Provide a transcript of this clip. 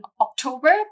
October